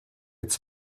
its